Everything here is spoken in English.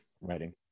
writing